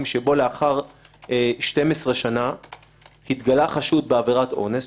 שהיא עשר שנות מאסר.